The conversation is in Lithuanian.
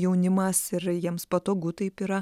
jaunimas ir jiems patogu taip yra